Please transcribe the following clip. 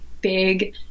big